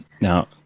Now